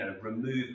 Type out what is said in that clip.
remove